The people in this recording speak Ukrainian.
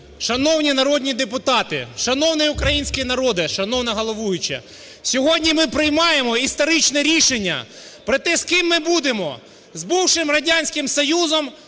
Шановні народні депутати, шановний український народе, шановна головуюча! Сьогодні ми приймаємо історичне рішення про те, з ким ми будемо: з бувшим Радянським Союзом